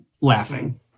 laughing